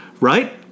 Right